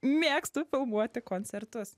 mėgstu filmuoti koncertus